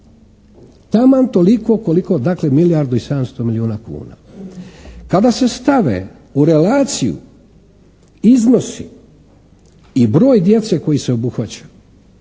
Taman toliko koliko dakle milijardu i 700 milijuna kuna. Kada se stave u relaciju iznosi i broj djece koji se obuhvaća